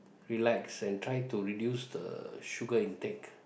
relax and try to reduce the sugar intake